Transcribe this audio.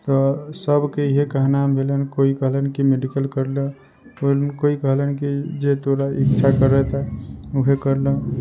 तऽ सभके इएह कहनाम भेलनि केओ कहलनि कि मेडिकल कर लऽ केओ कहलनि कि जे तोरा इच्छा करै तऽ ओहे कर लऽ